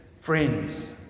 friends